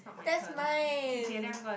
that's mine